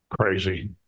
Crazy